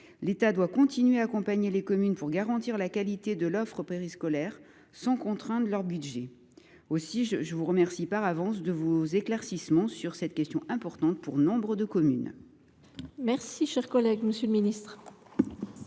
L’État doit continuer à accompagner les communes et garantir la qualité de l’offre périscolaire sans contraindre le budget des collectivités. Je vous remercie par avance de vos éclaircissements sur cette question importante pour nombre de communes. La parole est à M. le ministre